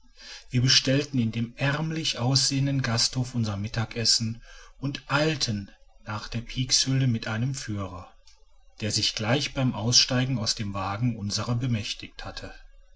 wir bestellten in dem ärmlich aussehenden gasthofe unser mittagessen und eilten nach der peakshöhle mit einem führer der sich gleich beim aussteigen aus dem wagen unserer bemächtigt hatte